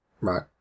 Right